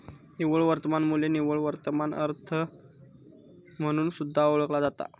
निव्वळ वर्तमान मू्ल्य निव्वळ वर्तमान वर्थ म्हणून सुद्धा ओळखला जाता